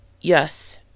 Yes